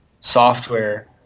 software